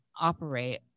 operate